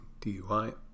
DUI